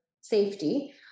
safety